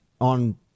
on